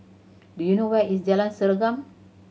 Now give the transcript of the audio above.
do you know where is Jalan Serengam